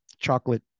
chocolate